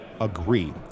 agree